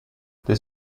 there